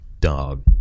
dog